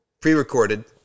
prerecorded